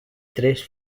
tres